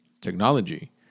technology